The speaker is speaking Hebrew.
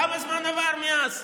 כמה זמן עבר מאז?